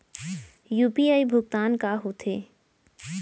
UPI भुगतान का होथे?